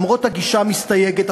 למרות הגישה המסתייגת,